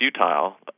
futile